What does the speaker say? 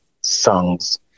songs